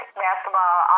basketball